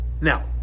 now